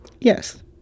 Yes